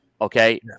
Okay